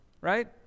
right